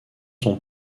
sont